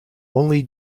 only